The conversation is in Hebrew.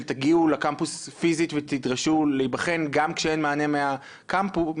של תגיעו לקמפוס פיזית ותדרשו להיבחן גם כשאין מענה מהמכללה,